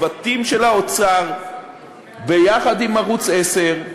צוותים של האוצר ביחד עם ערוץ 10,